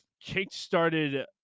kick-started